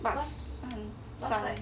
because like